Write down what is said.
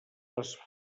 les